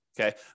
Okay